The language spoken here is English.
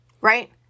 Right